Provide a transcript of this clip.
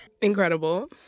incredible